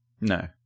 No